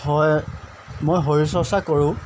হয় মই শৰীৰ চৰ্চা কৰোঁ